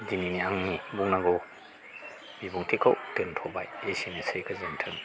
दिनैनि आंनि बुंनांगौ बिबुंथिखौ दोन्थ'बाय एसेनोसौ गोजोन्थों